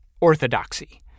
orthodoxy